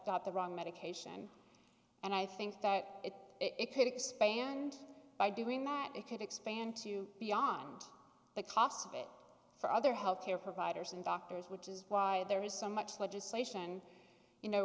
got the wrong medication and i think that it could expand by doing that it could expand to beyond the cost of it for other health care providers and doctors which is why there is so much legislation you know